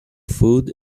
food